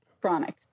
chronic